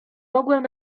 mogłem